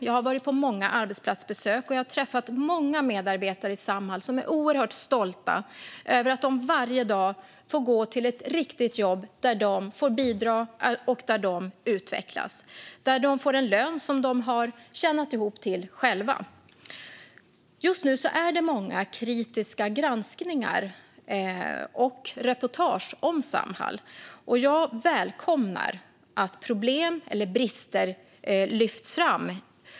Jag har varit på många arbetsplatsbesök och träffat många medarbetare i Samhall som är oerhört stolta över att de varje dag får gå till ett riktigt jobb där de får bidra, där de utvecklas och där de får en lön som de har tjänat ihop till själva. Just nu är det många kritiska granskningar och reportage om Samhall. Jag välkomnar att problem och brister lyfts fram.